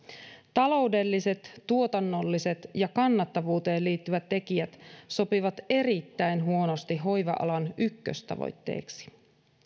taloudelliset tuotannolliset ja kannattavuuteen liittyvät tekijät sopivat erittäin huonosti hoiva alan ykköstavoitteeksi